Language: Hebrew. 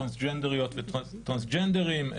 טרנסג'נדריות וטרנסג'נדרים,